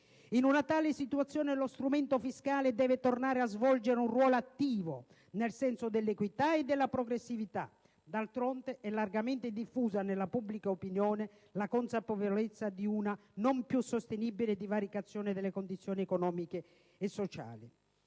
In tale situazione lo strumento fiscale deve tornare a svolgere un ruolo attivo nel senso dell'equità e della progressività. D'altronde, è largamente diffusa nella pubblica opinione la consapevolezza di una non più sostenibile divaricazione delle condizioni economiche e sociali.